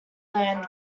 land